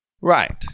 Right